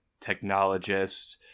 technologist